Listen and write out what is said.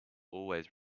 always